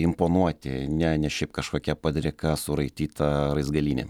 imponuoti ne ne šiaip kažkokia padrika suraityta raizgalynė